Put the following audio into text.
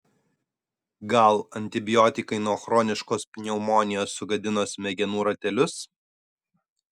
gal antibiotikai nuo chroniškos pneumonijos sugadino smegenų ratelius